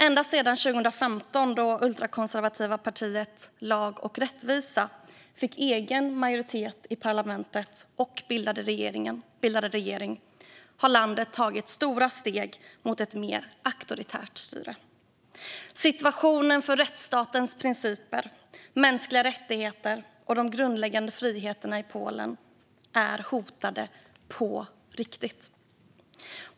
Ända sedan 2015, då det ultrakonservativa partiet Lag och rättvisa fick egen majoritet i parlamentet och bildade regering, har landet tagit stora steg mot ett mer auktoritärt styre. Situationen för rättsstatens principer, mänskliga rättigheter och de grundläggande friheterna i Polen är hotade på riktigt.